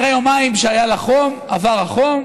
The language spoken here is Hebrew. אחרי יומיים שהיה לה חום עבר החום,